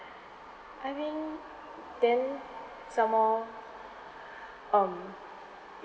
I mean then some more um